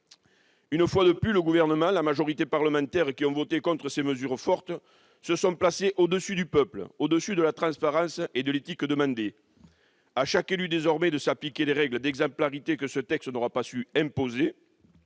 Une fois de plus, le Gouvernement et la majorité parlementaire qui a voté contre ces mesures fortes se sont placés au-dessus du peuple, au-dessus de la transparence et de l'éthique qui nous sont demandées. À chaque élu de s'appliquer désormais des règles d'exemplarité que ce texte n'aura pas su imposer.